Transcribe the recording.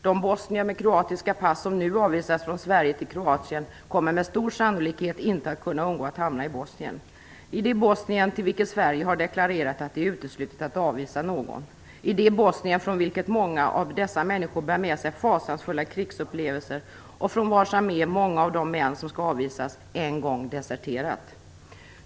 De bosnier med kroatiska pass som nu avvisas från Sverige till Kroatien kommer med stor sannolikhet inte att kunna undgå att hamna i Bosnien, det Bosnien till vilket Sverige har deklarerat att det är uteslutet att avvisa någon, det Bosnien från vilket många av dessa människor bär med sig fasansfulla krigsupplevelser och från vars armé många av de män som skall avvisas en gång har deserterat.